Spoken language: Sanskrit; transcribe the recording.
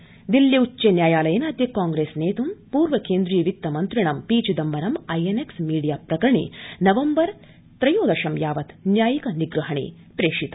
चिदम्बरम् दिल्ल्युच्च न्यायालयेनाद्य कांप्रेस नेतुं पूर्व केन्द्रीय वित्तमन्त्रिणं पी चिदम्बरं आईएनएक्स मीडिया प्रकरणे नवम्बर त्रयोदशं यावत् न्यायिक निग्रहणे प्रेषित